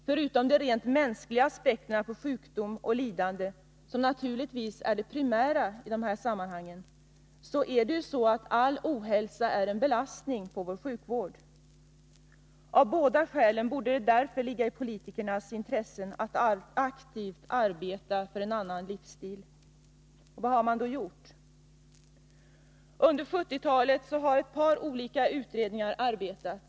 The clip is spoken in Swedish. Förutom rent mänskliga aspekter på sjukdom och lidande, som naturligtvis är det primära i detta sammanhang, är all ohälsa en belastning på vår sjukvård. Därför borde det ligga i politikernas intresse att aktivt få arbeta för en annan livsstil. Vad har man då gjort? Under 1970-talet har ett par olika utredningar arbetat.